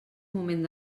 moment